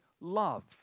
love